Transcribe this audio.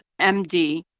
MD